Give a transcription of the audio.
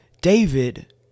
David